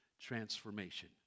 transformation